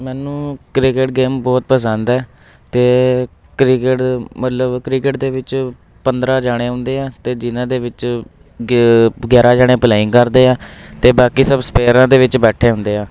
ਮੈਨੂੰ cricket game ਬਹੁਤ ਪਸੰਦ ਹੈ ਅਤੇ ਕ੍ਰਿਕਟ ਮਤਲਬ ਕ੍ਰਿਕਟ ਦੇ ਵਿੱਚ ਪੰਦਰਾਂ ਜਾਣੇ ਹੁੰਦੇ ਆ ਅਤੇ ਜਿਨ੍ਹਾਂ ਦੇ ਵਿੱਚ ਗਿ ਗਿਆਰ੍ਹਾਂ ਜਾਣੇ ਪਲੇਇੰਗ ਕਰਦੇ ਆ ਅਤੇ ਬਾਕੀ ਸਭ ਸਪੇਅਰਾਂ ਦੇ ਵਿੱਚ ਬੈਠੇ ਹੁੰਦੇ ਆ